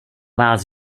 vás